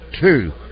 Two